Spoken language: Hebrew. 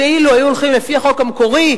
שאילו הלכו לפי החוק המקורי,